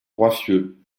roiffieux